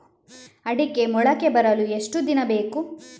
ಅಡಿಕೆ ಮೊಳಕೆ ಬರಲು ಎಷ್ಟು ದಿನ ಬೇಕು?